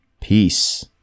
Peace